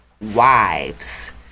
wives